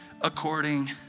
according